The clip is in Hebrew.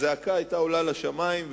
הזעקה היתה עולה לשמים,